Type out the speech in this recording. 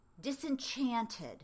disenchanted